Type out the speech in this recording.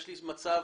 יש מצב,